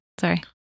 Sorry